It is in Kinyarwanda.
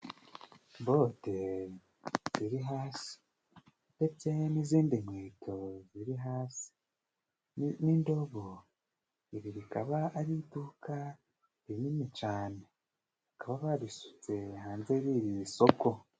Bote ziri hasi ndetse n'izindi nkweto ziri hasi n'indobo, iri rikaba ari iduka rinini cane. Bakaba babisutse hanze biiri mu isoko.